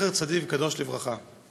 זכר צדיק וקדוש לברכה.